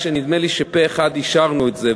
נדמה לי שפה-אחד אישרנו את זה,